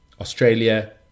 Australia